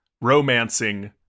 romancing